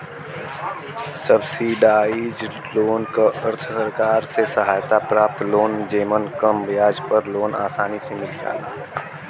subsidised loan क अर्थ सरकार से सहायता प्राप्त लोन जेमन कम ब्याज पर लोन आसानी से मिल जाला